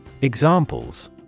Examples